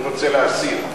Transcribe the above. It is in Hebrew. אני רוצה להסיר.